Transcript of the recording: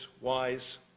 wise